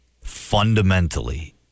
fundamentally